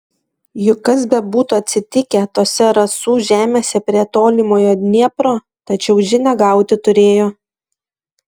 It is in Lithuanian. juk kas bebūtų atsitikę tose rasų žemėse prie tolimojo dniepro tačiau žinią gauti turėjo